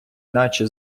наче